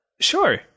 sure